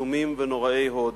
קסומים ונוראי-הוד.